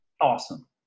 Awesome